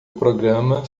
programa